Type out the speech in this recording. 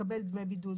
לדמי בידוד,